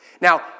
Now